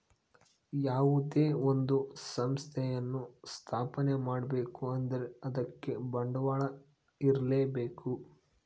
ಯಾವುದೇ ಒಂದು ಸಂಸ್ಥೆಯನ್ನು ಸ್ಥಾಪನೆ ಮಾಡ್ಬೇಕು ಅಂದ್ರೆ ಅದಕ್ಕೆ ಬಂಡವಾಳ ಇರ್ಲೇಬೇಕು